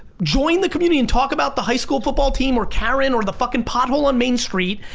join the community and talk about the high school football team, or karen, or the fucking pothole on main street,